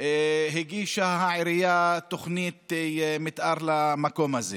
והעירייה הגישה תוכנית מתאר למקום הזה?